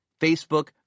Facebook